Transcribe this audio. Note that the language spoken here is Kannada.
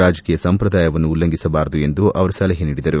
ರಾಜಕೀಯ ಸಂಪ್ರದಾಯವನ್ನು ಉಲ್ಲಂಘಿಸಬಾರದು ಎಂದು ಅವರು ಸಲಹೆ ನೀಡಿದರು